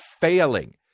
failing